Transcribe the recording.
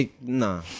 nah